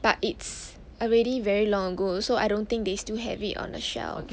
but it's already very long ago so I don't think they still have it on the shelf